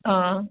ಹಾಂ